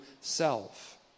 self